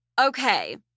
Okay